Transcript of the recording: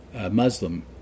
Muslim